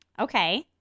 Okay